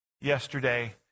yesterday